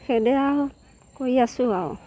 সেইদৰে আৰু কৰি আছো আৰু